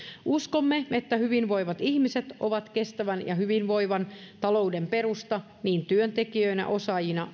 uskomme että hyvinvoivat ihmiset ovat kestävän ja hyvinvoivan talouden perusta niin työntekijöinä osaajina